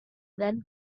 than